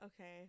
Okay